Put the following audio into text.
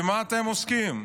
במה אתם עוסקים?